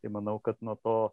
tai manau kad nuo to